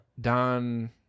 Don